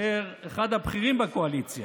אחד החברים הבכירים בקואליציה,